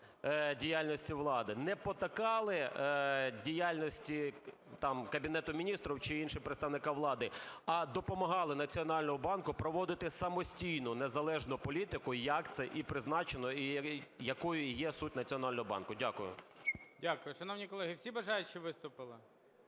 діяльності влади, не потакали діяльності там Кабінету Міністрів чи іншим представникам влади, а допомагали Національному банку проводити самостійну, незалежну політику, як це і призначено і якою є суть Національного банку. Дякую. ГОЛОВУЮЧИЙ. Дякую. Шановні колеги, всі бажаючі виступили?